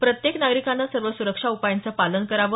प्रत्येक नागरिकाने सर्व सुरक्षा उपायांचं पालन करावं